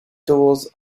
doors